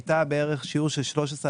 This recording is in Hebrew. אלה שני צדדים של אותו מטבע.